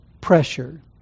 pressure